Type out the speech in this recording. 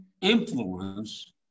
influence